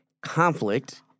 conflict